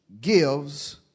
gives